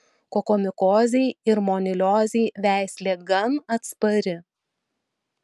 kokomikozei ir moniliozei veislė gan atspari